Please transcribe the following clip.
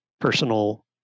personal